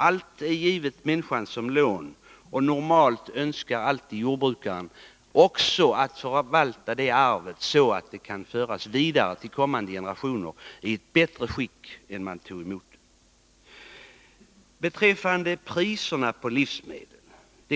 — Allt är givet människan som lån, och normalt önskar också jordbrukaren förvalta det arvet, så att jorden kan föras vidare till kommande generationer i ett bättre skick än när man tog emot den. Priserna på livsmedel